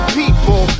people